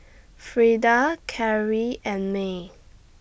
Freda Cary and May